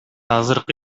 азыркы